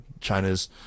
China's